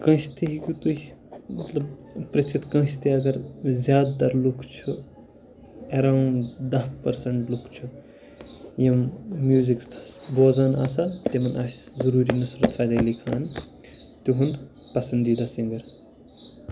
کٲنٛسہِ تہِ ہیٚکِو تُہۍ مطلب پِرٛژھِتھ کٲنٛسہِ تہِ اگر زیادٕ تَر لُکھ چھُ اٮ۪راوُنٛڈ دَہ پٔرسَنٛٹ لُکھ چھِ یِم میوٗزک بوزان آسان تِمَن آسہِ ضٔروٗر نصرت فتح علی خان تِہُنٛد پَسنٛدیٖدہ سِنٛگَر